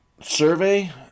survey